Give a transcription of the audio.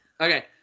Okay